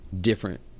different